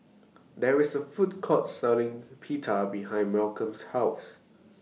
There IS A Food Court Selling Pita behind Malcom's House